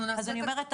אז אני אומרת,